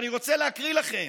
אני רוצה להקריא לכם.